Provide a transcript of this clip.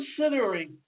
considering